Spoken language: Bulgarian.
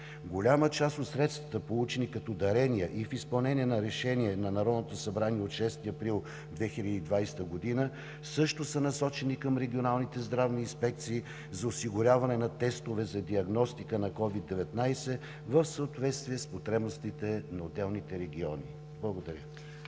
Голяма част от средствата, получени като дарения и в изпълнение на Решение на Народното събрание от 6 април 2020 г., също са насочени към регионалните здравни инспекции за осигуряване на тестове за диагностика на COVID-19 в съответствие с потребностите на отделните региони. Благодаря.